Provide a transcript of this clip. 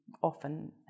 often